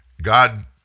God